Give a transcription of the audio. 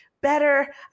better